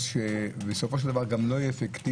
מס שבסופו של דבר גם לא יהיה אפקטיבי